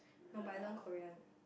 no but I learn Korean